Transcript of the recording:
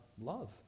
love